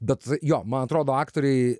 bet jo man atrodo aktoriai